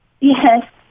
Yes